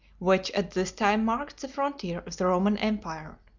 which at this time marked the frontier of the roman empire.